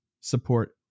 support